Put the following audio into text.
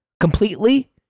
completely